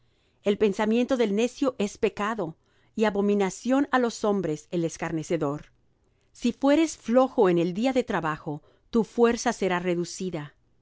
el pensamiento del necio es pecado y abominación á los hombres el escarnecedor si fueres flojo en el día de trabajo tu fuerza será reducida